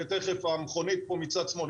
ותיכף המכונית פה מצד שמאל,